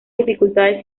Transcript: dificultades